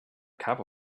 cup